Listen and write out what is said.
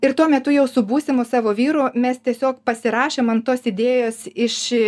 ir tuo metu jau su būsimu savo vyru mes tiesiog pasirašėm ant tos idėjos iš